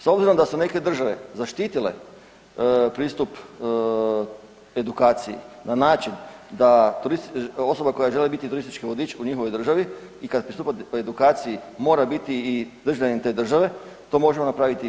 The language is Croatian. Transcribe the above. S obzirom da su neke države zaštitile pristup edukaciji na način da osoba koja želi biti turistički vodič u njihovoj državi i kad pristupate po edukaciji mora biti i državljanin te države to možemo napraviti i mi.